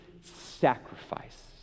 sacrifice